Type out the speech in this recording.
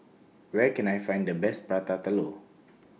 Where Can I Find The Best Prata Telur